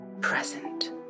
present